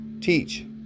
Teach